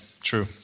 true